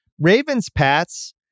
Ravens-Pats